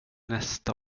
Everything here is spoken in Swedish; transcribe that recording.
nästa